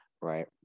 right